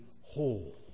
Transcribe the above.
whole